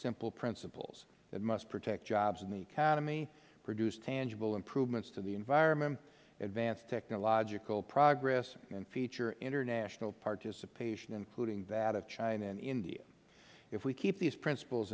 simple principles it must protect jobs and the economy produce tangible improvements to the environment advance technological progress and feature international participation including that of china and india if we keep these princip